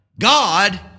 God